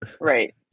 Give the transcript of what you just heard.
Right